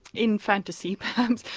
in fantasy perhaps,